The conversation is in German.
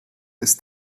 ist